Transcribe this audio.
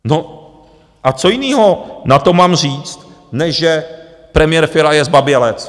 No a co jiného na to mám říct, než že premiér Fiala je zbabělec?